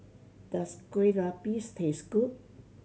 does Kueh Lapis taste good